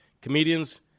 comedians